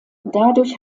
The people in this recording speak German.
dadurch